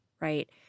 right